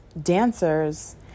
dancers